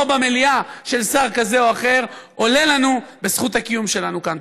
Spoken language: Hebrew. במליאה של שר כזה או אחר עולה לנו בזכות הקיום שלנו כאן.